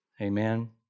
Amen